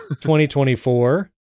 2024